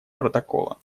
протокола